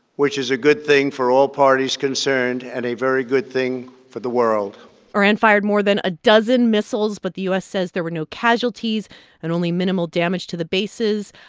which is a good thing for all parties concerned and a very good thing for the world iran fired more than a dozen missiles, but the u s. says there were no casualties and only minimal damage to the bases.